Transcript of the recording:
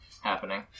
happening